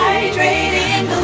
Hydrating